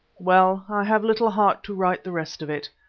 well, i have little heart to write the rest of it.